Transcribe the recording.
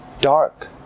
dark